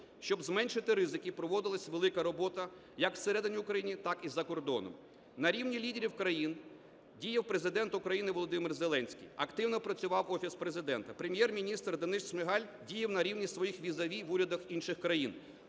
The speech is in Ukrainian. Щоб зменшити ризики, проводилась велика робота як всередині України, так і за кордоном. На рівні лідерів країн діяв Президент України Володимир Зеленський, активно працював Офіс Президента. Прем'єр-міністр Денис Шмигаль діяв на рівні своїх візаві в урядах інших країн.